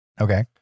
Okay